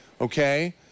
okay